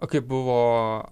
o kaip buvo